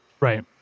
Right